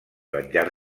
venjar